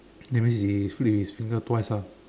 that means he flick his finger twice ah